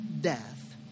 death